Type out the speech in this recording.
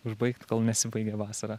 užbaigt kol nesibaigė vasara